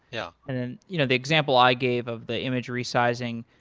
yeah and you know the example i gave of the image resizing,